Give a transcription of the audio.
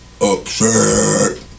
Upset